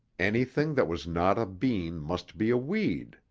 anything that was not a bean must be a weed,